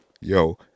Yo